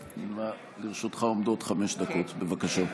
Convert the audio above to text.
לרשותך עומדות חמש דקות, בבקשה.